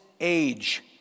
age